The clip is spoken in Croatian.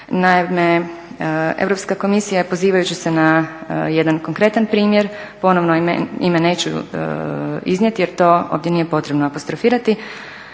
Naime, Europska komisija je pozivajući se na jedan konkretan primjer ponovno ime neću iznijeti jer to ovdje nije potrebno apostrofirati.